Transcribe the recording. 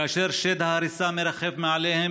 כאשר שד ההריסה מרחף מעליהם,